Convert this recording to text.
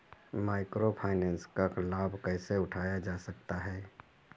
Micro finance का लाभ कैसे उठाया जा सकता है?